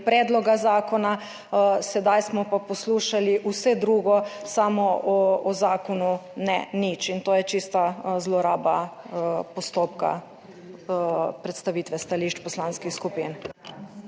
predloga zakona, sedaj smo pa poslušali vse drugo, samo o zakonu ne nič. In to je čista zloraba postopka predstavitve stališč poslanskih skupin.